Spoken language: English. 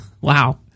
Wow